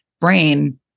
brain